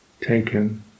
taken